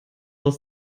aus